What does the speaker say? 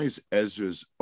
Ezra's